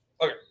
okay